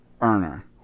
earner